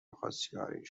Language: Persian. خواستگاریش